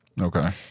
Okay